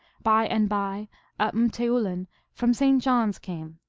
by and by a m teoulin from st. john s came,